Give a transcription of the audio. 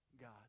God